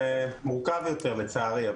זה מורכב יותר לצערי.